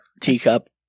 Teacup